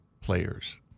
players